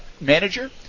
manager